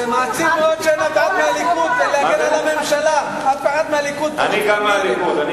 מעציב לראות שאין פה אף אחד מהליכוד להגן על הממשלה.